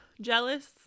jealous